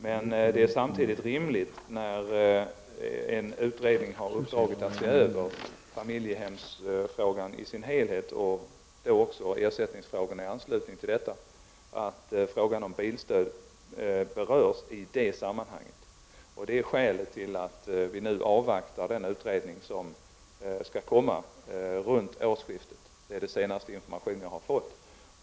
Men när en utredning har uppdraget att se över familjehemsfrågan i dess helhet och i anslutning härtill ersättningsfrågorna, är det rimligt att frågan om bilstödet berörs i det sammanhanget. Det är skälet till att vi nu avvaktar denna utredning, som kommer att lägga fram resultatet av sitt arbete kring årsskiftet — det är den senaste information jag fått.